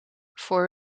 voor